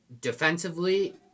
defensively